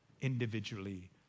individually